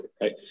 Right